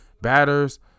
batters